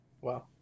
Wow